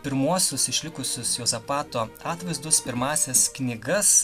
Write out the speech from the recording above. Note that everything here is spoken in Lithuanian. pirmuosius išlikusius juozapato atvaizdus pirmąsias knygas